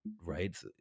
right